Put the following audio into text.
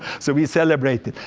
so we celebrated.